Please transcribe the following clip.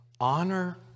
honor